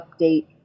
update